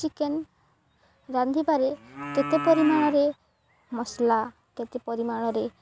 chicken ରାନ୍ଧିବାରେ କେତେ ପରିମାଣରେ ମସଲା କେତେ ପରିମାଣରେ